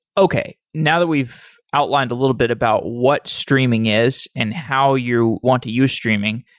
okay. now that we've outlined a little bit about what streaming is and how you want to use streaming,